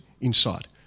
inside